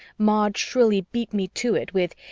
maud shrilly beat me to it with,